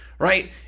Right